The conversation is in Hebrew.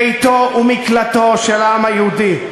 ביתו ומקלטו של העם היהודי,